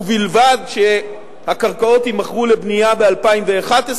ובלבד שהקרקעות יימכרו לבנייה ב-2011,